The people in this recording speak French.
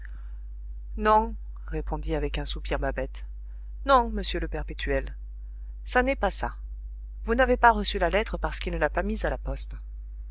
non répondit avec un soupir babette non monsieur le perpétuel ça n'est pas ça vous n'avez pas reçu la lettre parce qu'il ne l'a pas mise à la poste